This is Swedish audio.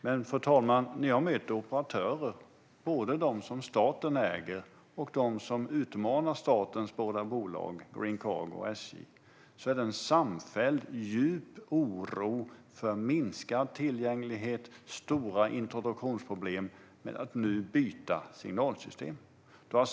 Men när jag möter operatörer - både de som staten äger och de som utmanar statens båda bolag, Green Cargo och SJ - uttrycker de en samfälld och djup oro för minskad tillgänglighet och stora introduktionsproblem om vi byter signalsystem nu, fru talman.